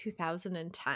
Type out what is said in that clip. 2010